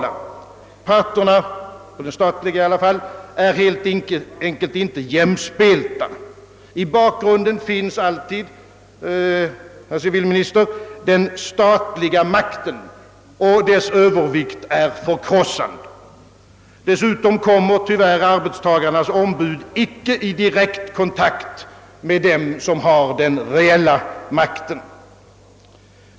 Parterna är helt enkelt inte jämspelta. I bakgrunden finns alltid den statliga makten, och dess övervikt är förkrossande. Dessutom kommer arbetstagarnas ombud icke i direkt kontakt med dem som har den reella makten.